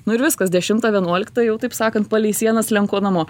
nu ir viskas dešimtą vienuoliktą jau taip sakant palei sieną slenku namo